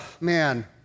man